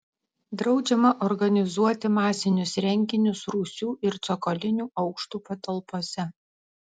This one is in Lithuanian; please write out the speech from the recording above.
draudžiama organizuoti masinius renginius rūsių ir cokolinių aukštų patalpose